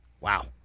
Wow